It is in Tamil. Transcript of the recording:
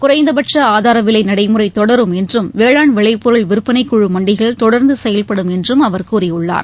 குறைந்தபட்ச ஆதார விலை நடைமுறை தொடரும் என்றும் வேளாண் விளைபொருள் விற்பனை குழு மண்டிகள் தொடர்ந்து செயல்படும் என்றும் அவர் கூறியுள்ளார்